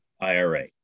IRA